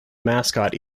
mascot